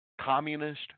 communist